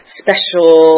special